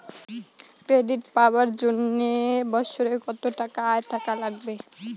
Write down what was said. Credit পাবার জন্যে বছরে কত টাকা আয় থাকা লাগবে?